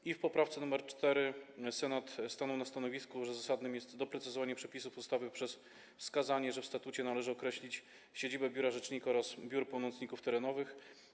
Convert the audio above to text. I w poprawce nr 4 Senat stanął na stanowisku, że zasadne jest doprecyzowanie przepisów ustawy przez wskazanie, że w statucie należy określić siedzibę biura rzecznika oraz biur pomocników terenowych.